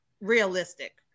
realistic